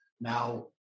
Now